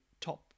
top